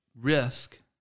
risk